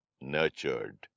nurtured